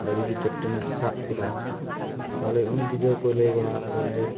ᱟᱨ ᱡᱩᱫᱤ ᱠᱮᱯᱴᱮᱱᱮ ᱥᱟᱵ ᱠᱮᱫᱟ ᱛᱟᱦᱞᱮ ᱩᱱᱤ ᱜᱤᱫᱟᱹᱨ ᱠᱚᱭ ᱞᱟᱹᱭ ᱵᱟᱲᱟᱣ ᱠᱚᱣᱟ ᱡᱮ